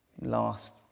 last